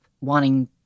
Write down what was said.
wanting